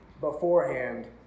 beforehand